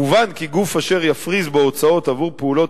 מובן כי גוף אשר יפריז בהוצאות עבור פעולות